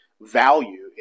value